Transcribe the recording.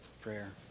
prayer